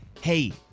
hey